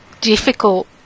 difficult